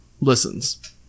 listens